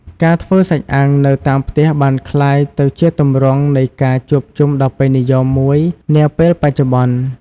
ការធ្វើសាច់អាំងនៅតាមផ្ទះបានក្លាយទៅជាទម្រង់នៃការជួបជុំដ៏ពេញនិយមមួយនាពេលបច្ចុប្បន្ន។